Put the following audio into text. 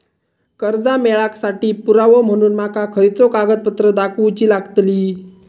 कर्जा मेळाक साठी पुरावो म्हणून माका खयचो कागदपत्र दाखवुची लागतली?